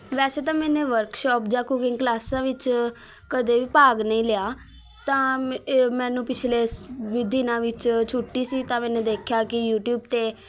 ਵੈਸੇ ਤਾਂ ਮੈਨੇ ਵਰਕਸ਼ੋਪ ਜਾਂ ਕੂਕਿੰਗ ਕਲਾਸਾਂ ਵਿੱਚ ਕਦੇ ਵੀ ਭਾਗ ਨਹੀਂ ਲਿਆ ਤਾਂ ਏ ਮੈਨੂੰ ਪਿਛਲੇ ਦਿਨਾਂ ਵਿੱਚ ਛੁੱਟੀ ਸੀ ਤਾਂ ਮੈਨੇ ਦੇਖਿਆ ਕਿ ਯੂਟਿਊਬ 'ਤੇ